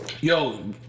Yo